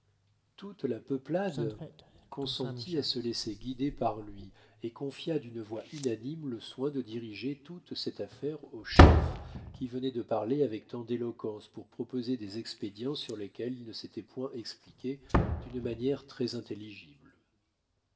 toute la peuplade consentit à se laisser guider par lui et confia d'une voix unanime le soin de diriger toute cette affaire au chef qui venait de parler avec tant d'éloquence pour proposer des expédients sur lesquels il ne s'était point expliqué d'une manière très intelligible